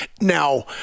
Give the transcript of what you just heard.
Now